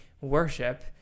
worship